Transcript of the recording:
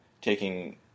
taking